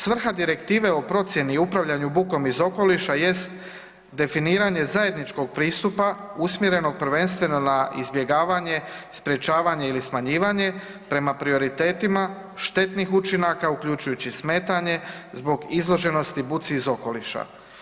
Svrha direktive o procjeni i upravljanju bukom iz okoliša jest definiranje zajedničkog pristupa usmjerenog prvenstveno za izbjegavanje, sprječavanje ili smanjivanje prema prioritetima štetnih učinaka uključujući smetanje zbog izloženosti buci iz okoliša.